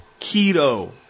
keto